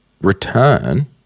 return